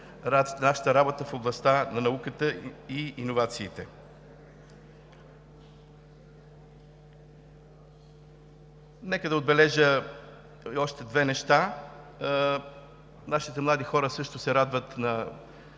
на работата ни в областта на науката и иновациите. Нека да отбележа още две неща. Младите ни хора също се радват на